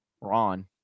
Ron